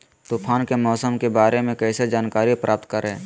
तूफान के मौसम के बारे में कैसे जानकारी प्राप्त करें?